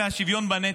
שוויון בנטל.